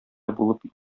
булып